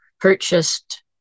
purchased